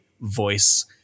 voice